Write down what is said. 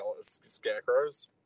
scarecrows